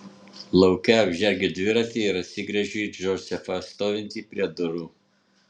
lauke apžergiu dviratį ir atsigręžiu į džozefą stovintį prie durų